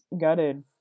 gutted